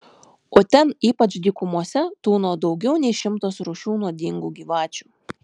o ten ypač dykumose tūno daugiau nei šimtas rūšių nuodingų gyvačių